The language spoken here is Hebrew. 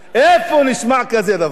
איפה נשמע כזה דבר?